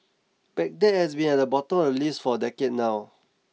Baghdad has been at the bottom of list for a decade now